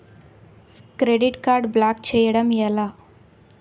Credit card block చేయడం ఎలా?